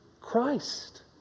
Christ